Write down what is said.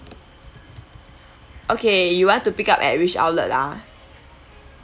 okay you want to pick up at which outlet ah